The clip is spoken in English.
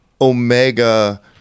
omega